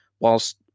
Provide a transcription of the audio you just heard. Whilst